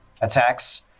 Attacks